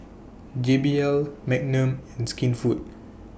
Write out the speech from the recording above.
J B L Magnum and Skinfood